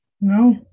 No